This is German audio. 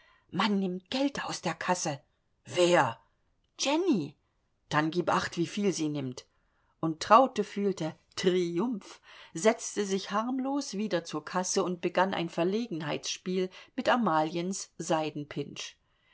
man nimmt geld aus der kasse wer jenny dann gib acht wieviel sie nimmt und traute fühlte triumph setzte sich harmlos wieder zur kasse und begann ein verlegenheitsspiel mit amaliens